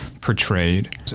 portrayed